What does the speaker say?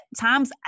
time's